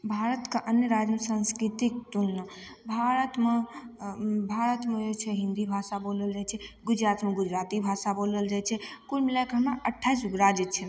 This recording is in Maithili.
भारतके अन्य राज्यसँ सांस्कृतिक तुलना भारतमे भारतमे जे छै हिन्दी भाषा बोलल जाइ छै गुजरातमे गुजराती भाषा बोलल जाइ छै कुल मिलाके हमे अठाइस गो राज्य छै